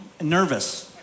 nervous